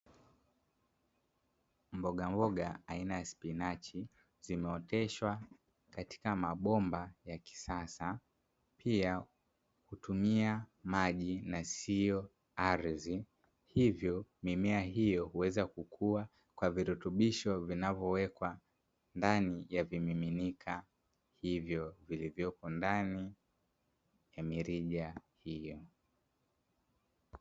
Mbogamboga aina ya spinachi, zimeoteshwa katika mabomba ya kisasa, pia hutumia maji na siyo ardhi. Hivyo, mimea hiyo huweza kukua kwa virutubisho vinavyowekwa ndani ya vimiminika hivyo, vilivyoko ndani ya mirija hiyo.